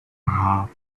half